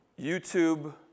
YouTube